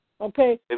okay